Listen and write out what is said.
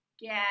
get